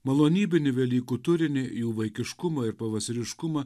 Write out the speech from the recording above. malonybinį velykų turinį jų vaikiškumą ir pavasariškumą